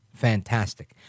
fantastic